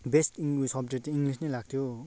best subject चाहिँ English नै लाग्थ्यो